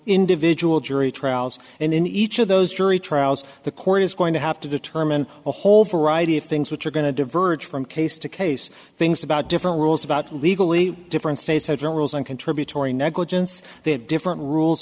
individual jury trials and in each of those jury trials the court is going to have to determine a whole variety of things which are going to diverge from case to case things about different rules about legally different states federal rules and contributory negligence they have different rules